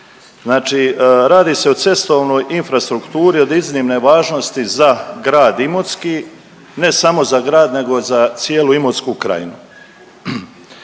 Znači radi se o cestovnoj infrastrukturi od iznimne važnosti za grad Imotski, ne samo za grad nego za cijelu Imotsku krajinu.